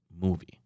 movie